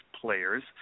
players